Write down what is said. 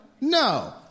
No